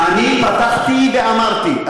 פתחתי ואמרתי,